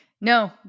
No